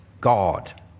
God